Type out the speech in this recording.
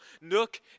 nook